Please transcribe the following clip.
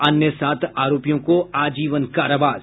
अन्य सात आरोपियों को आजीवन कारावास